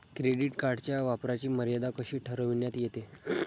Credit कार्डच्या वापराची मर्यादा कशी ठरविण्यात येते?